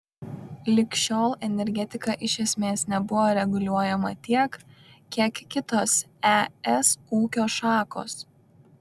lig šiol energetika iš esmės nebuvo reguliuojama tiek kiek kitos es ūkio šakos